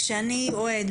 כשאני אוהד,